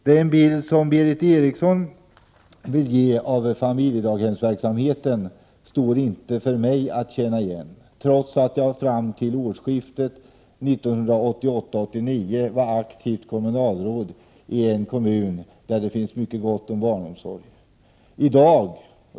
Den bild som Berith Eriksson vill ge av familjedaghemsverksamheten känner jag inte igen, trots att jag fram till årsskiftet 1988-1989 var aktivt kommunalråd i en kommun där det finns mycket gott om barnomsorg.